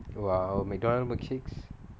!wow! McDonald's milkshakes